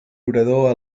orador